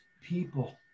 people